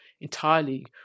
entirely